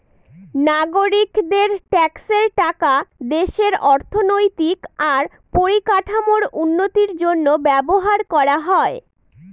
নাগরিকদের ট্যাক্সের টাকা দেশের অর্থনৈতিক আর পরিকাঠামোর উন্নতির জন্য ব্যবহার করা হয়